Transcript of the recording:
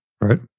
right